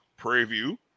preview